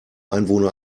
einwohner